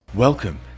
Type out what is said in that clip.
Welcome